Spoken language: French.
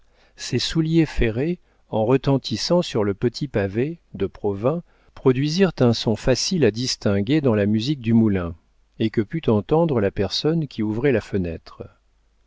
ses souliers ferrés en retentissant sur le petit pavé de provins produisirent un son facile à distinguer dans la musique du moulin et que put entendre la personne qui ouvrait la fenêtre